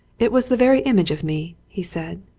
it was the very image of me, he said.